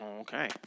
okay